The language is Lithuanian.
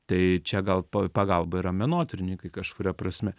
tai čia gal pa pagalba yra menotyrininkai kažkuria prasme